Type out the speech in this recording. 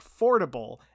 affordable